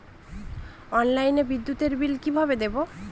অনলাইনে বিদ্যুতের বিল কিভাবে দেব?